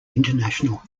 international